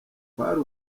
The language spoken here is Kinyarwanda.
kwari